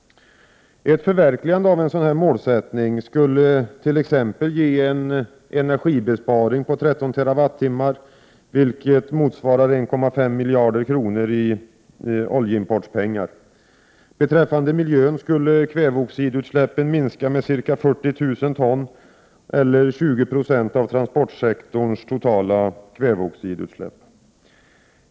Ett förverkligande av ett sådant mål skulle t.ex. ge en energibesparing på eller med 2096 av transportsektorns totala kväveoxidutsläpp.